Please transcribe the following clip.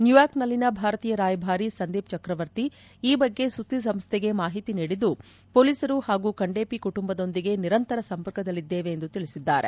ನ್ಯೂಯಾರ್ಕ್ನಲ್ಲಿನ ಭಾರತೀಯ ರಾಯಭಾರಿ ಸಂದೀಪ್ ಚಕ್ರವರ್ತಿ ಈ ಬಗ್ಗೆ ಸುದ್ದಿಸಂಸ್ಥೆಗೆ ಮಾಹಿತಿ ನೀಡಿದ್ದು ಪೊಲೀಸರು ಹಾಗೂ ಕಂಡೇಪಿ ಕುಟುಂಬದೊಂದಿಗೆ ನಿರಂತರ ಸಂಪರ್ಕದಲ್ಲಿದ್ದೇವೆ ಎಂದು ತಿಳಿಸಿದ್ದಾರೆ